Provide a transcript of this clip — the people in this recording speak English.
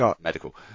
Medical